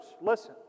Listen